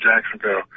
Jacksonville